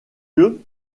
lieu